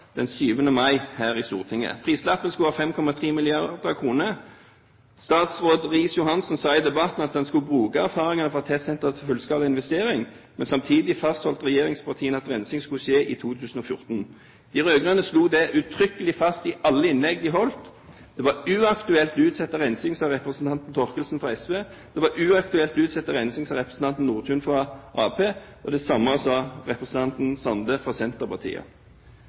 mai her i Stortinget. Prislappen skulle være på 5,3 mrd. kr. Statsråd Riis-Johansen sa i debatten at man skulle bruke erfaringer fra testsenteret til fullskala investering, men samtidig fastholdt regjeringspartiene at rensing skulle skje i 2014. De rød-grønne slo det uttrykkelig fast i alle innlegg de holdt. Det var uaktuelt å utsette rensing, sa representanten Thorkildsen fra SV. Det var uaktuelt å utsette rensing, sa representanten Nordtun fra Arbeiderpartiet. Det samme sa representanten Sande fra Senterpartiet.